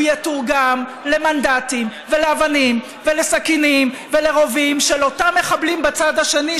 הוא יתורגם למנדטים ולאבנים ולסכינים ולרובים של אותם מחבלים בצד השני,